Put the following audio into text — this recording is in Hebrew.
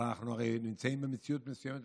אבל אנחנו הרי נמצאים במציאות מסוימת,